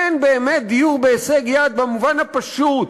אין באמת דיור בהישג יד במובן הפשוט